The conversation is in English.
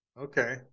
Okay